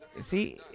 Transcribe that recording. See